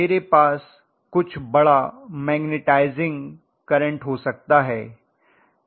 मेरे पास कुछ बड़ा मैग्नेटाइजिंग करंट हो सकता है